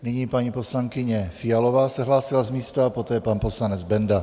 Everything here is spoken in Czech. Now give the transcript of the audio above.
Nyní paní poslankyně Fialová se hlásila z místa, poté pan poslanec Benda.